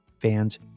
Fans